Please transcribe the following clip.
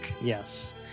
Yes